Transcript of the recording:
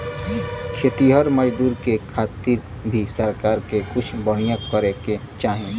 खेतिहर मजदूर के खातिर भी सरकार के कुछ बढ़िया करे के चाही